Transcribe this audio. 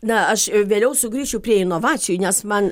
na aš vėliau sugrįšiu prie inovacijų nes man